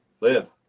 live